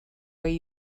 way